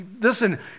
Listen